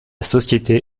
société